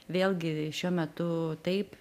vėlgi šiuo metu taip